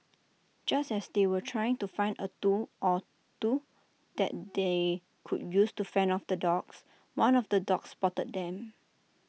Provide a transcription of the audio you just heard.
just as they were trying to find A tool or two that they could use to fend off the dogs one of the dogs spotted them